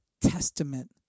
testament